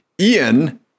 Ian